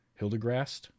Hildegrast